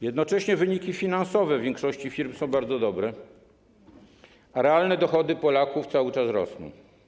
Jednocześnie wyniki finansowe większości firm są bardzo dobre, a realne dochody Polaków cały czas rosną.